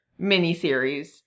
miniseries